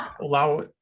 allow